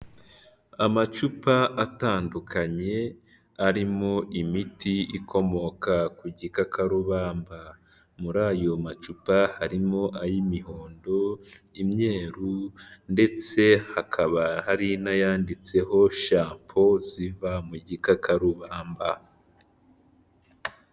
Amacupa atandukanye arimo imiti ikomoka ku gikakarubamba, muri ayo macupa harimo ay'imihondo, imyeru ndetse hakaba hari n'ayanditseho shampo ziva mu gikakarubamba.